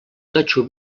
totxo